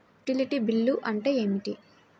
Utility bill అంటే ఏమిటి?